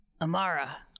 Amara